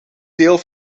deel